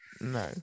No